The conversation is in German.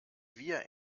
wir